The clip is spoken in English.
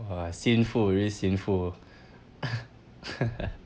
!wah! sinful really sinful